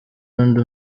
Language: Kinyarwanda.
undi